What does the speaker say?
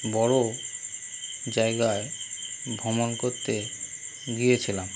বড়ো জায়গায় ভ্রমণ করতে গিয়েছিলাম